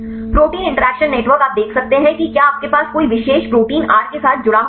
protein interaction network आप देख सकते हैं कि क्या आपके पास कोई विशेष प्रोटीन आर के साथ जुड़ा हुआ है